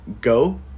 go